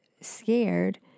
scared